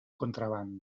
contraban